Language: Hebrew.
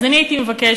אז אני הייתי מבקשת,